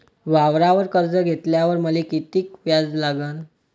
वावरावर कर्ज घेतल्यावर मले कितीक व्याज लागन?